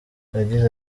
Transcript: yagize